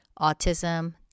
autism